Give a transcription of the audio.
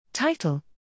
Title